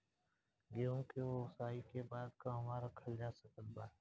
गेहूँ के ओसाई के बाद कहवा रखल जा सकत बा?